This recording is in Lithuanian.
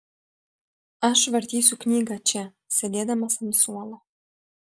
aš vartysiu knygą čia sėdėdamas ant suolo